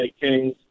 Kings